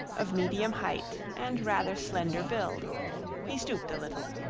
of medium height and rather slender build he stooped a little.